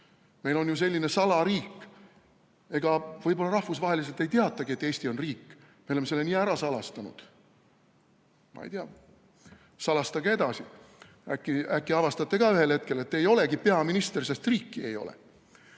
Meil on ju selline salariik. Võib-olla rahvusvaheliselt ei teatagi, et Eesti on riik, me oleme selle nii ära salastanud. Ma ei tea, salastage edasi, äkki avastate ühel hetkel, et te ei olegi peaminister, sest riiki ei ole. See